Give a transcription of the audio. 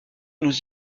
nous